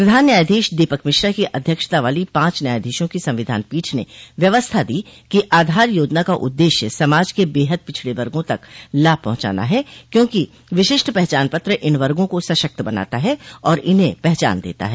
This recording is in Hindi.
प्रधान न्यायाधोश दीपक मिश्रा की अध्यक्षता वाली पांच न्यायाधीशों की संविधान पीठ ने व्यवस्था दी कि आधार योजना का उद्देश्य समाज के बेहद पिछड़े वर्गों तक लाभ पहुंचाना है क्योंकि विशिष्टि पहचान प्रमाण इन वर्गों को सशक्त बनाता है और इन्हें पहचान देता है